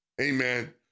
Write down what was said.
Amen